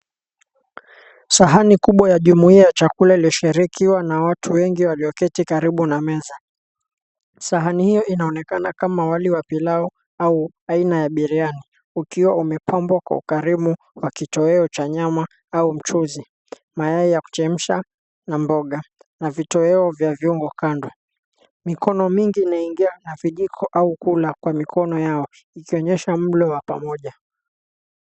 Sahani kubwa ya jumuia ya chakula iliyoashiriki na watu wengi walioketi karibu na meza. Sahani hiyo inaonekana kama wali wa pilau au aina ya biriani, ukiwa umepangwa kwa ukarimu na kitoweo cha nyama au mchuzi. Mayai ya kuchemsha na mboga na vitoweo vya viungo kando. Mikono mingi inaingia na vijiko au kula kwa mikono yao ikionyesha mlo wa pamoja.